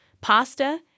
pasta